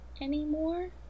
anymore